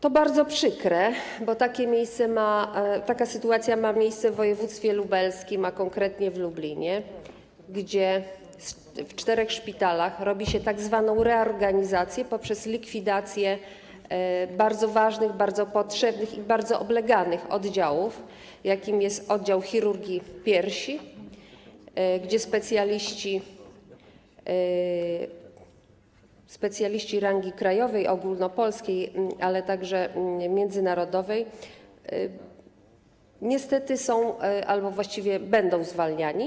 To bardzo przykre, bo taka sytuacja ma miejsce w województwie lubelskim, a konkretnie w Lublinie, gdzie w czterech szpitalach robi się tzw. reorganizację poprzez likwidację bardzo ważnych, bardzo potrzebnych i bardzo obleganych oddziałów, do jakich należy oddział chirurgii piersi, gdzie specjaliści - specjaliści rangi krajowej, ogólnopolskiej, ale także międzynarodowej - niestety są albo właściwie będą zwalniani.